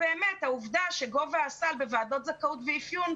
העובדה שגובה הסל בוועדות זכאות ואפיון,